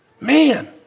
Man